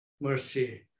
mercy